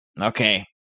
Okay